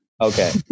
Okay